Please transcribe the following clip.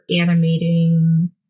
animating